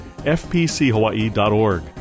fpchawaii.org